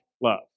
love